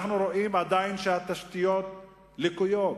אנחנו רואים שהתשתיות עדיין לקויות.